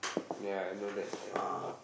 ya I know that ya